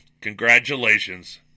Congratulations